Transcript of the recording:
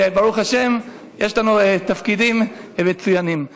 וברוך השם, יש לנו תפקידים מצוינים.